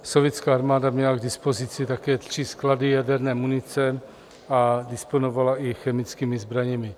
Sovětská armáda měla k dispozici také tři sklady jaderné munice a disponovala i chemickými zbraněmi.